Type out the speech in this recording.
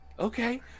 Okay